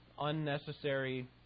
unnecessary